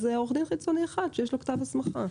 עורך דין חיצוני אחד שיש לו כתב הסמכה.